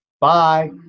Bye